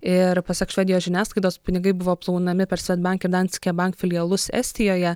ir pasak švedijos žiniasklaidos pinigai buvo plaunami per svedbank ir danske bank filialus estijoje